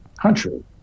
country